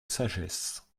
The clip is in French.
sagesse